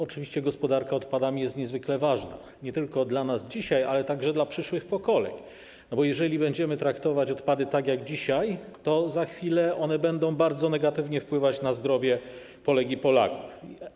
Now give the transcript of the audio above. Oczywiście gospodarka odpadami jest niezwykle ważna nie tylko dla nas dzisiaj, ale także dla przyszłych pokoleń, bo jeżeli będziemy traktować odpady tak jak dzisiaj, to za chwilę będą one bardzo negatywnie wpływać na zdrowie Polek i Polaków.